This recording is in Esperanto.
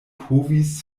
povis